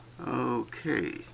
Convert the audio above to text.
okay